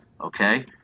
Okay